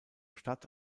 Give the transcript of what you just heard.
stadt